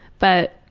but